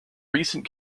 recent